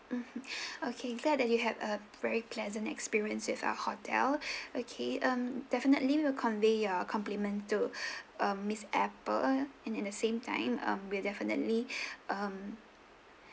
mmhmm okay glad that you have a very pleasant experience with our hotel okay um definitely we'll convey your compliment to uh miss apple and at the same time um we'll definitely um